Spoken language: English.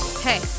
Hey